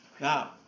Now